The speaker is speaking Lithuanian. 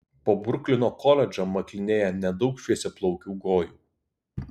po bruklino koledžą maklinėja nedaug šviesiaplaukių gojų